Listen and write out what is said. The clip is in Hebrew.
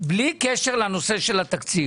בלי קשר לתקציב.